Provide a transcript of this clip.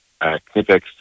Knipex